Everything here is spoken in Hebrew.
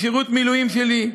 משירות המילואים שלי.